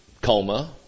coma